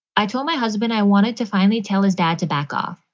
i told my husband i wanted to finally tell his dad to back off.